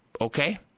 okay